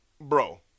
bro